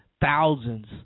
thousands